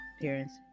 parents